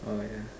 orh yeah